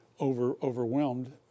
overwhelmed